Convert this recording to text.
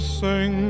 sing